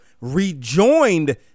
rejoined